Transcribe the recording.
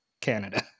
Canada